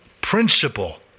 principle